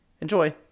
Enjoy